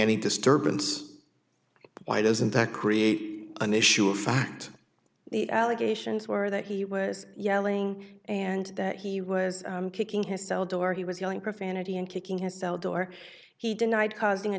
any disturbance why doesn't that create an issue of fact the allegations were that he was yelling and that he was kicking his cell door he was yelling profanity and kicking his cell door he denied causing a